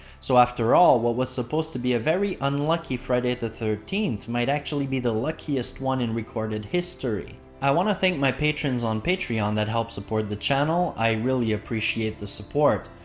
so after all, what was supposed to be a very unlucky friday the thirteenth might actually be the luckiest one in recorded history. i wanna thank my patrons on patreon that help support the channel, i really appreciate the support.